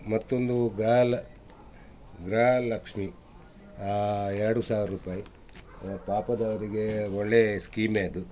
ಮತ್ತೊಂದು ಗ್ರಾಲ ಗೃಹಲಕ್ಷ್ಮಿ ಎರಡು ಸಾವಿರ ರೂಪಾಯಿ ಪಾಪದವರಿಗೆ ಒಳ್ಳೆಯ ಸ್ಕೀಮೆ ಅದು